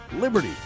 Liberty